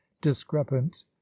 discrepant